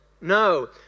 No